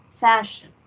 fashion